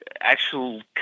actual